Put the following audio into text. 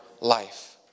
life